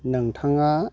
नोंथाङा